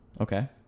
Okay